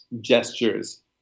gestures